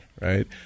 right